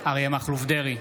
אריה מכלוף דרעי,